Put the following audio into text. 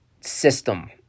system